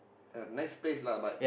nice place lah but